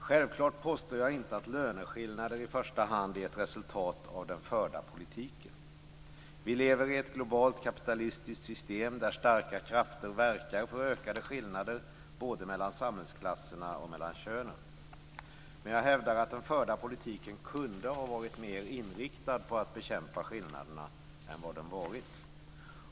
Självklart påstår jag inte att löneskillnader i första hand är ett resultat av den förda politiken. Vi lever i ett globalt kapitalistiskt system där starka krafter verkar för ökade skillnader både mellan samhällsklasserna och mellan könen. Men jag hävdar att den förda politiken kunde ha varit mer inriktad på att bekämpa skillnaderna än vad den har varit.